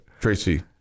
Tracy